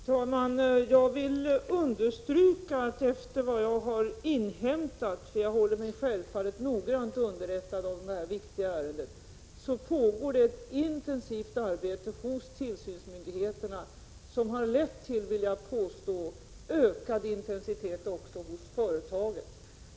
Fru talman! Jag vill understryka att det, efter vad jag har inhämtat, pågår ett intensivt arbete hos tillsynsmyndigheterna — jag håller mig självfallet noga underrättad i detta viktiga ärende. Jag vill påstå att detta arbete har lett till en ökad intensitet också hos företaget.